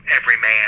everyman